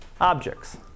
objects